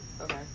okay